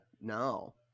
no